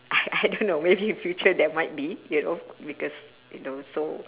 I I don't know maybe in future there might you know because you know so